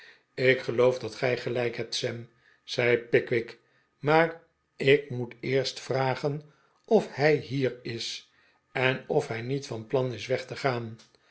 ik geloof dat gij gelijk hebt sam zei pickwick maar ik moet eerst vragen of hij hier is en of hij niet van plan is weg te gaan